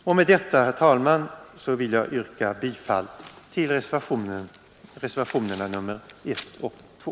Med det anförda, herr talman, vill jag yrka bifall till reservationerna 1 och 2.